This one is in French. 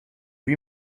lui